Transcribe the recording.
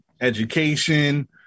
education